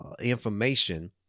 information